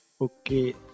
Okay